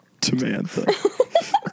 Tamantha